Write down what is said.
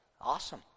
awesome